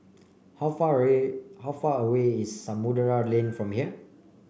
how far away how far away is Samudera Lane from here